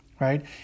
right